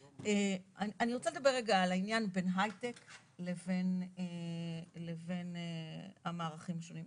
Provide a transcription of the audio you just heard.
אני רוצה לדבר רגע על העניין בין הייטק לבין המערכים השונים.